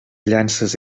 llances